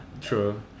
True